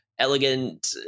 elegant